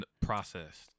processed